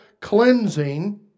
cleansing